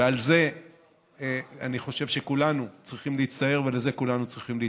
ועל זה אני חושב שכולנו צריכים להצטער ולזה כולנו צריכים להתנגד.